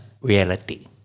reality